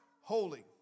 holy